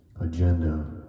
agenda